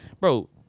bro